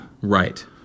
Right